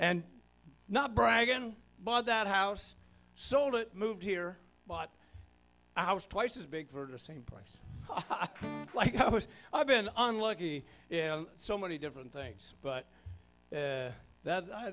and not braggin but that house sold it moved here but i was twice as big for the same price like i was i've been unlucky so many different things but that i